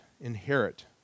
inherit